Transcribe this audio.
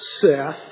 Seth